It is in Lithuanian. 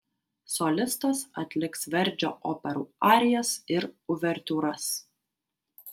solistas atliks verdžio operų arijas ir uvertiūras